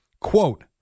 Quote